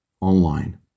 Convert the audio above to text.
online